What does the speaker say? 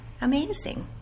Amazing